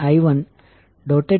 39°A દ્વારા અપાય છે